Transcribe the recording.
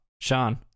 Sean